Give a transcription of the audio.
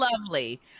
lovely